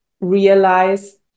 realize